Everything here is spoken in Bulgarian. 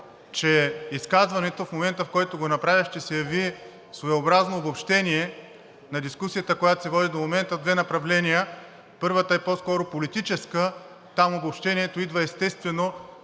че изказването в момента, в който го направя, ще се яви своеобразно обобщение на дискусията, която се води до момента, в две направления. Първата е по-скоро политическа, там обобщението идва естествено